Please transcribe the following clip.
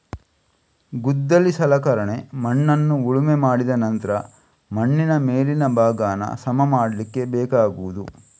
ಗುದ್ದಲಿ ಸಲಕರಣೆ ಮಣ್ಣನ್ನ ಉಳುಮೆ ಮಾಡಿದ ನಂತ್ರ ಮಣ್ಣಿನ ಮೇಲಿನ ಭಾಗಾನ ಸಮ ಮಾಡ್ಲಿಕ್ಕೆ ಬೇಕಾಗುದು